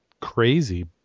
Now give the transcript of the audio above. crazy